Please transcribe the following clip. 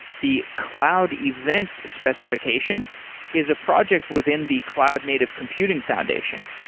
the cloud events specification is a project within the cloud native computing foundation.